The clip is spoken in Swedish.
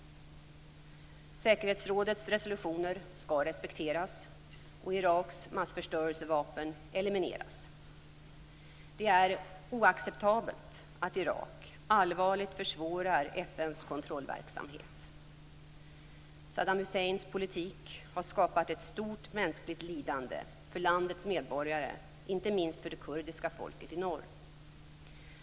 Säkerhetsrådets resolutioner skall respekteras och Iraks massförstörelsevapen elimineras. Det är oacceptabelt att Irak allvarligt försvårar FN:s kontrollverksamhet. Saddam Husseins politik har skapat ett stort mänskligt lidande för landets medborgare, inte minst för det kurdiska folket i norr.